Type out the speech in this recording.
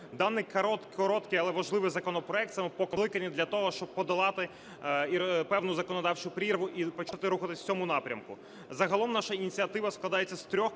Даний короткий але важливий законопроект саме покликаний для того, щоб подолати і певну законодавчу прірву і почати рухатись в цьому напрямку. Загалом наша ініціатива складається з трьох